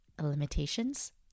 limitations